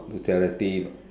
to charity